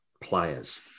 players